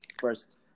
first